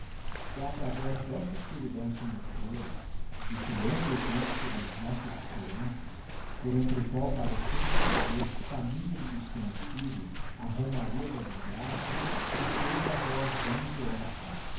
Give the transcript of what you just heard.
e atravez dessa escuridão sem estrellas desse longo eclypse das nossas esperanças por entre o qual parecemos fazer caminho do desconhecido a romaria da desgraça que se ouve a voz de onze orphãos